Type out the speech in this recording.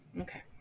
okay